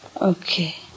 Okay